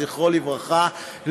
זכרו לברכה,